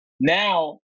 Now